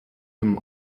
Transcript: him